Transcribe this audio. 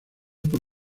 por